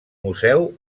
museu